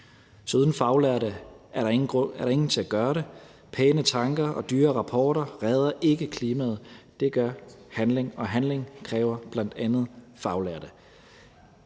Uden faglærte er der ingen til at gøre det. Pæne tanker og dyre rapporter redder ikke klimaet; det gør handling, og handling kræver bl.a. faglærte.